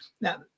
Now